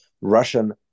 russian